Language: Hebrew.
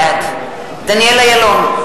בעד דניאל אילון,